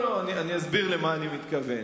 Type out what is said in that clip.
אני אסביר למה אני מתכוון.